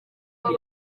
abo